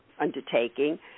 undertaking